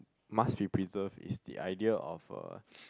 must be preserved is the idea of a